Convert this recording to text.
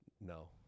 No